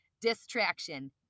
Distraction